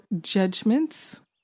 judgments